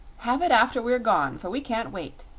have it after we're gone, for we can't wait,